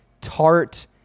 tart